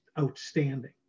outstanding